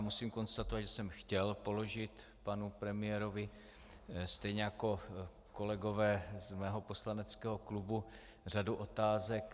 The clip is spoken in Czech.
Musím konstatovat, že jsem chtěl položit panu premiérovi stejně jako kolegové z mého poslaneckého klubu řadu otázek.